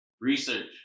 Research